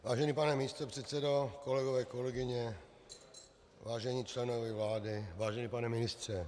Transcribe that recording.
Vážený pane místopředsedo, kolegové, kolegyně, vážení členové vlády, vážený pane ministře.